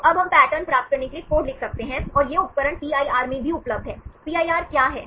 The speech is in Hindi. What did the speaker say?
तो अब हम पैटर्न प्राप्त करने के लिए एक कोड लिख सकते हैं और यह उपकरण पीआईआर में भी उपलब्ध है PIR क्या है